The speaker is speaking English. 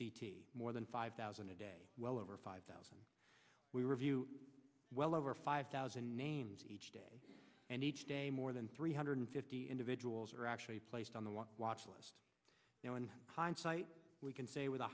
related more than five thousand a day well over five thousand we review well over five thousand names each day and each day more than three hundred fifty individuals are actually placed on the one watchlist now in hindsight we can say with a